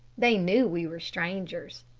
they knew we were strangers.